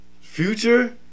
Future